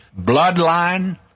bloodline